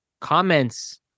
comments